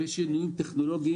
יש שינויים טכנולוגיים.